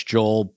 Joel